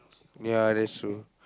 ya that's true